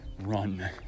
run